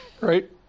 right